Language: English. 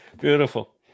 beautiful